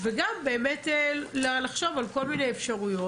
וגם באמת לחשוב על כל מיני אפשרויות,